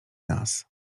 nas